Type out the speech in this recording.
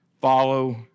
follow